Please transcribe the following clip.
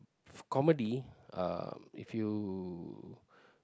comedy uh if you